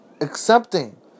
Accepting